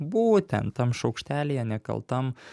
būtent tam šaukštelyje nekaltam